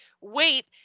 wait